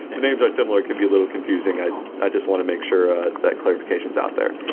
and names are similar, it can be a little confusing. i just want to make sure ah that clarification is out there.